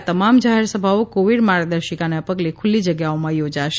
આ તમામ જાહેર સભાઓ કોવીડ માર્ગદર્શિકાને પગલે ખુલ્લી જગ્યાઓમાં યોજાશે